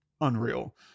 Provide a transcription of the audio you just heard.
unreal